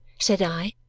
said i,